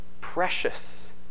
precious